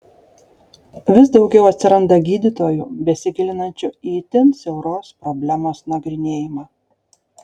vis daugiau atsiranda gydytojų besigilinančių į itin siauros problemos nagrinėjimą